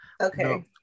okay